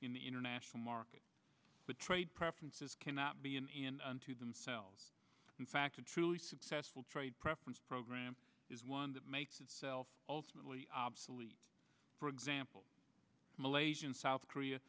in the international market the trade preferences cannot be in unto themselves in fact a truly successful trade preference program is one that makes itself ultimately obsolete for example malaysian south korea